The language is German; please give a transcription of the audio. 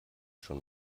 schon